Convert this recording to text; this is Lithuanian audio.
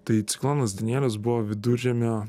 tai ciklonas danielius buvo viduržemio